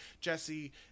Jesse